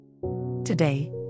Today